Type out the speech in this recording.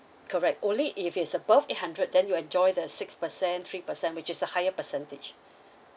correct only if is above eight hundred then you enjoy the six percent three percent which is a higher percentage